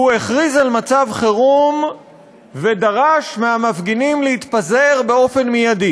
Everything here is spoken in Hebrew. הוא הכריז על מצב חירום ודרש מהמפגינים להתפזר מייד.